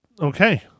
Okay